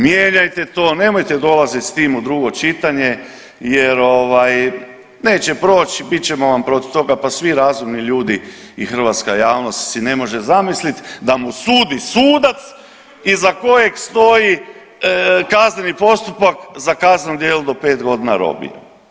Mijenjajte to, nemojte dolazit s tim u drugo čitanje jer neće proći i bit ćemo vam protiv toga, pa svi razumni ljudi i hrvatska javnost si ne može zamislit da mu sudi sudac iza kojeg stoji kazneni postupak za kazneno djelo do pet godina robije.